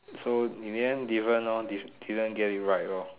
so you didn't different lor didn't didn't get it right lor